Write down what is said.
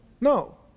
No